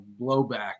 blowback